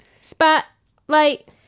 Spotlight